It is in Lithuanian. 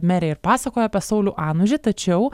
merė ir pasakojo apie saulių anužį tačiau